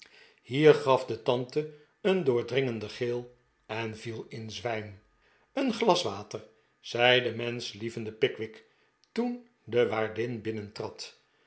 hier gaf de tante een doordringenden gil en viel in zwijm een glas water zei de menschlievende pickwick toen de waardin